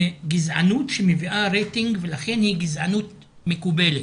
זה גזענות שמביאה רייטינג ולכן היא גזענות מקובלת.